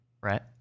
Right